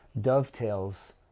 dovetails